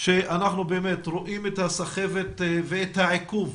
שאנחנו רואים את הסחבת ואת העיכוב